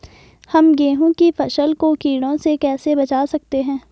हम गेहूँ की फसल को कीड़ों से कैसे बचा सकते हैं?